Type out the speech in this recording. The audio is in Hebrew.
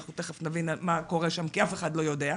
אנחנו תיכף נבין מה קורה שם, כי אף אחד לא יודע,